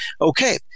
Okay